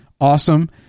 awesome